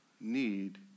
need